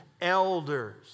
elders